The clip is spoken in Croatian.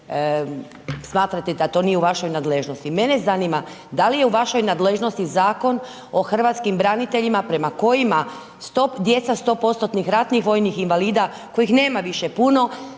smatrate da to nije u vašoj nadležnosti. Mene zanima, da li je u vašoj nadležnosti Zakon o hrvatskim braniteljima, prema kojima djeca 100% ratnih vojnih invalida, kojih nema više puno,